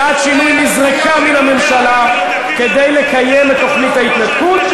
סיעת שינוי נזרקה מן הממשלה כדי לקיים את תוכנית ההתנתקות,